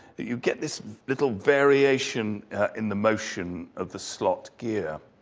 you get this little variation in the motion of the slot gear.